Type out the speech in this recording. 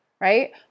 Right